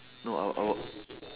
no I will I will